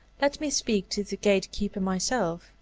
let me speak to the gate-keeper myself.